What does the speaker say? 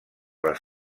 les